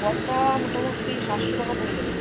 বস্তা মোটামুটি সাতশো টাকা পড়ে যাবে